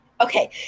okay